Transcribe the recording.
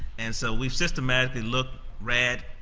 and so we've systematically looked, rad,